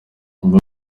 nyuma